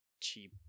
cheap